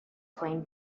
plain